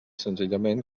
senzillament